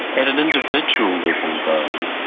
at an individual level but um